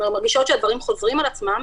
שהדברים חוזרים על עצמם.